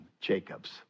Jacob's